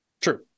True